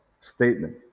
statement